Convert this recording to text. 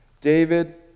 David